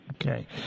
Okay